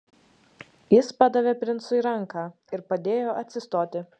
jis padavė princui ranką ir padėjo atsistoti